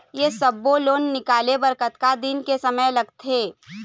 ये सब्बो लोन निकाले बर कतका दिन के समय लगथे?